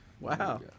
Wow